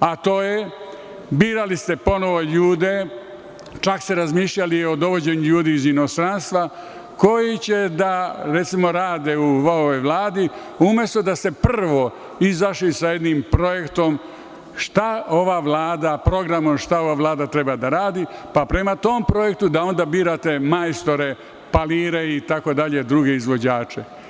a to je, birali ste ponovo ljude, čak ste razmišljali o dovođenju novih ljudi iz inostranstva, koji će da rade u novoj Vladi, umesto da ste prvo izašli sa jednim projektom, programom šta ova vlada treba da radi, pa prema tom projektu da birate majstore i druge izvođače.